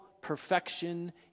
perfection